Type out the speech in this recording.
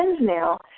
now